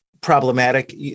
problematic